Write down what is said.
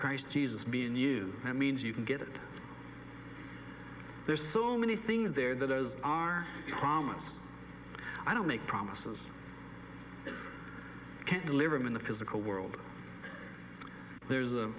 christ jesus be in you that means you can get it there's so many things there that is our promise i don't make promises can't deliver them in the physical world there's